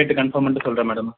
கேட்டு கன்ஃபார்ம் பண்ணிட்டு சொல்றேன் மேடம்